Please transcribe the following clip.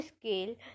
scale